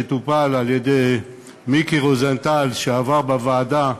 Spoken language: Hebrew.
שטופל על-ידי מיקי רוזנטל ועבר בוועדה,